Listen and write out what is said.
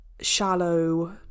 shallow